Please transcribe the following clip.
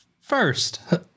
first